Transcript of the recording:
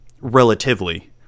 relatively